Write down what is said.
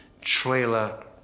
trailer